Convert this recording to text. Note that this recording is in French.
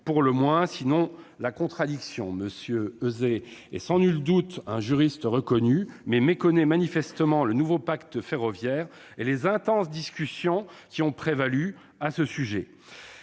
paradoxe, sinon la contradiction ! M. Euzet est sans nul doute un juriste reconnu, mais il méconnaît manifestement le nouveau pacte ferroviaire et les intenses discussions qui ont prévalu à ce sujet.